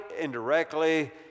indirectly